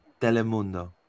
Telemundo